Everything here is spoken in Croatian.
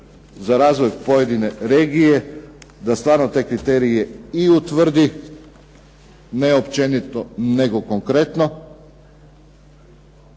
za razvoj pojedine regije, da stvarno te kriterije i utvrdi, ne općenito, nego konkretno